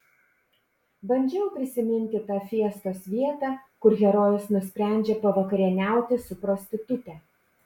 bandžiau prisiminti tą fiestos vietą kur herojus nusprendžia pavakarieniauti su prostitute